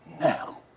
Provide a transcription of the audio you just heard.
now